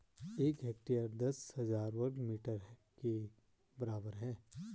एक हेक्टेयर दस हजार वर्ग मीटर के बराबर है